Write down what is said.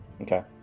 Okay